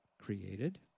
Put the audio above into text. created